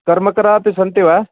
कर्मकराः अपि सन्ति वा